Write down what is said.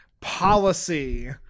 policy